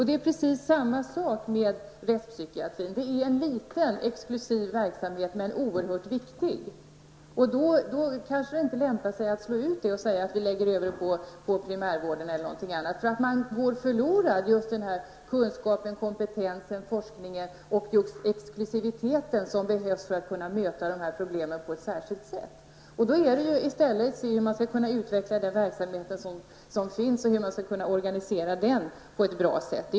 Det är precis samma sak med rättspsykiatrin. Det är en liten, exklusiv verksamhet, men oerhört viktig. Då kanske det inte lämpar sig att lägga ut den på primärvården eller något annat. Kunskapen, kompetensen, forskningen och just exklusiviteten, som behövs för att man skall kunna möta dessa problem på ett särskilt sätt, går förlorade. I stället bör man se efter hur man skall kunna utveckla den verksamhet som finns och hur man skall kunna organisera den på ett bra sätt.